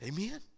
Amen